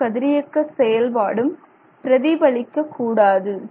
எந்த கதிரியக்க செயல்பாடும் பிரதிபலிக்க கூடாது